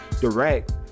direct